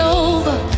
over